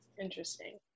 Interesting